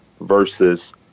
versus